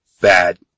bad